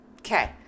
Okay